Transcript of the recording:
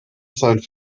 sein